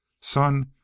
Son